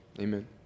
Amen